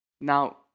Now